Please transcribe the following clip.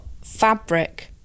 fabric